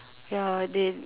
ya they